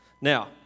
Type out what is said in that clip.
Now